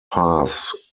pass